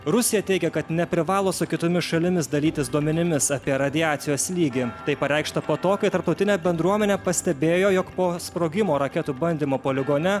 rusija teigia kad neprivalo su kitomis šalimis dalytis duomenimis apie radiacijos lygį tai pareikšta po to kai tarptautinė bendruomenė pastebėjo jog po sprogimo raketų bandymo poligone